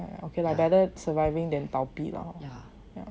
okay lah better surviving than 倒闭 lah